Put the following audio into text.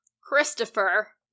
Christopher